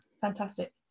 fantastic